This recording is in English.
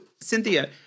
Cynthia